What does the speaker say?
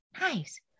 Nice